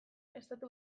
estatu